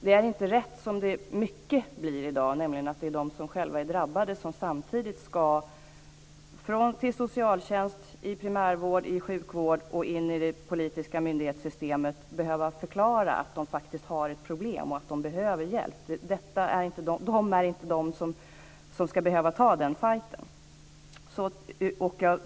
Det är inte rätt, som det i hög grad är i dag, att det är de som själva är drabbade som från socialtjänst, i primärvård, i sjukvård och in till det politiska myndighetssystemet ska behöva förklara att de faktiskt har ett problem och att de behöver hjälp. Det är inte de som ska behöva ta den fajten.